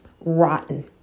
rotten